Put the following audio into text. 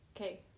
Okay